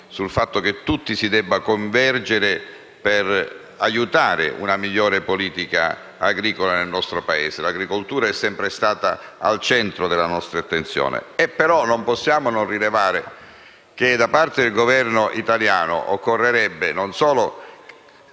sul fatto che tutti dobbiamo convergere per aiutare a sviluppare una migliore politica agricola nel nostro Paese. L'agricoltura è sempre stata al centro della nostra attenzione. Non possiamo, però, non rilevare che da parte del Governo italiano occorrerebbe non solo